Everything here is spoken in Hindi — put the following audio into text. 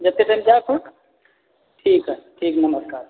जितने टाइम जाईक होय ठीक है ठीक नमस्कार